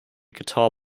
guitar